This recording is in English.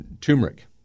Turmeric